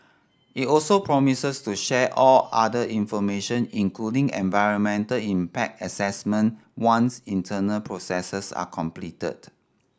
it also promises to share all other information including environmental impact assessment once internal processes are completed